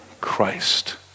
Christ